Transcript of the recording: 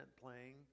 playing